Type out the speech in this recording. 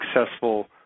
successful